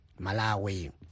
Malawi